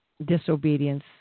disobedience